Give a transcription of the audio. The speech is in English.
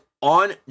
on